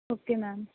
okay ma'am